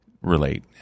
relate